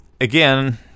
again